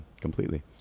completely